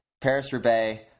Paris-Roubaix